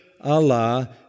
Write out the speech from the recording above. Allah